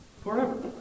forever